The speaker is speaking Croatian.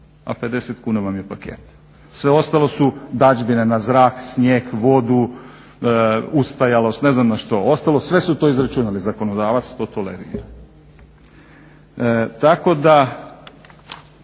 a 50 kuna vam je paket. Sve ostalo su dadžbine na zrak, snijeg, vodu, ustajalost, ne znam na što. Uostalom sve su to izračunali, zakonodavac to tolerira. Tako da